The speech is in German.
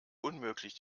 unmöglich